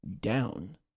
down